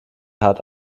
hat